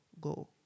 Go